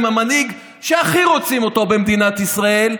עם המנהיג שהכי רוצים אותו במדינת ישראל,